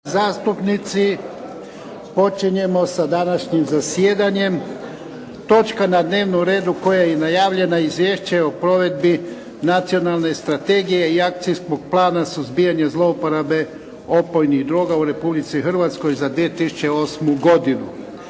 zastupnici. Počinjemo sa današnjim zasjedanjem. Točka na dnevnom redu je koja je i najavljena. - Izvješće o provedbi Nacionalne strategije i Akcijskog plana suzbijanja zlouporabe opojnih droga u Republici Hrvatskoj za 2008. godinu